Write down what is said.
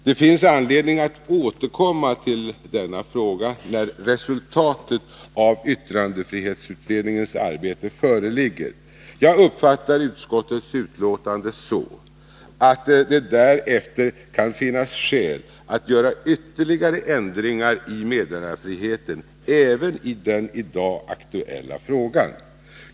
Det finns anledning att återkomma till denna fråga när resultatet av yttrandefrihetsutredningens arbete föreligger. Jag uppfattar utskottets betänkande så, att det därefter kan finnas skäl att göra ytterligare ändringar beträffande meddelarfriheten — även i den i dag aktuella frågan.